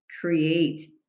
create